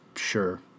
sure